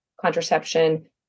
contraception